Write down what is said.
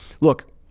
Look